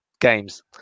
games